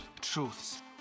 truths